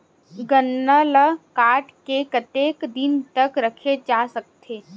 गन्ना ल काट के कतेक दिन तक रखे जा सकथे?